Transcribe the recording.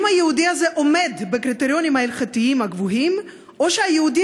אם היהודי הזה עומד בקריטריונים ההלכתיים הגבוהים או שהיהודי